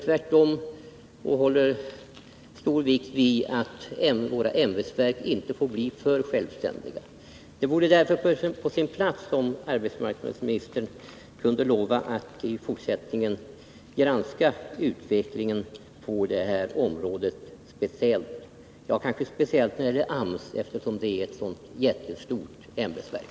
Tvärtom lägger jag stor vikt vid att våra ämbetsverk inte får bli för självständiga. Det vore på sin plats om arbetsmarknadsministern kunde lova att i fortsättningen granska utvecklingen på det här området — kanske speciellt när det gäller AMS, eftersom det är ett så jättestort ämbetsverk.